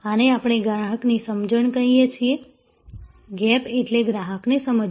આને આપણે ગ્રાહકની સમજણ કહીએ છીએ ગેપ એટલે ગ્રાહકને સમજવું